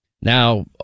now